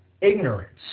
ignorance